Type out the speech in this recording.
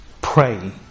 pray